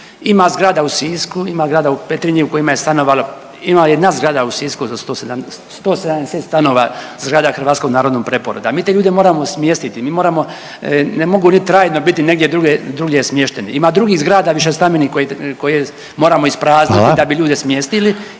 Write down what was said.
ima zgrada u Sisku, ima zgrada u Petrinji u kojima je stanovalo, ima jedna zgrada u Sisku sa 170 stanova zgrada Hrvatskog narodnog preporada. Mi te ljude moramo smjestiti, mi moramo, ne mogu oni trajno biti negdje drugdje smješteni. Ima drugih zgrada višestambenih koje moramo isprazniti …/Upadica: